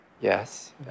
Yes